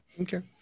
Okay